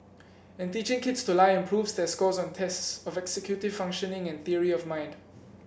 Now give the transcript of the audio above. and teaching kids to lie improves their scores on tests of executive functioning and theory of mind